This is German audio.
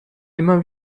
immer